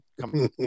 come